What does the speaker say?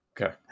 Okay